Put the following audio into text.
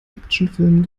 actionfilm